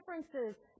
differences